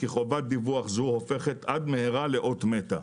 כי חובת דיווח זו הופכת עד מהרה לאות מתה".